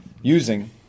using